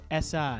SI